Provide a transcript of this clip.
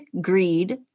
greed